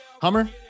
Hummer